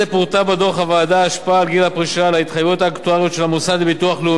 האקטואריות של המוסד לביטוח לאומי ושל קרנות הפנסיה הוותיקות שבהסדר.